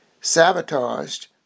sabotaged